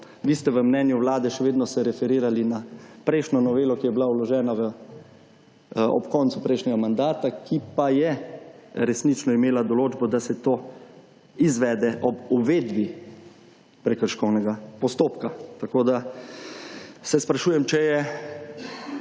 Vi ste v mnenju vlade še vedno se referirali na prejšnjo novelo, ki je bila vložena ob koncu prejšnjega mandata, ki pa je resnično imela določbo, da se to izvede ob uvedbi prekrškovnega postopka. Tako, da se sprašujem, če je